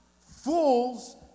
fools